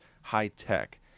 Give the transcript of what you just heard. high-tech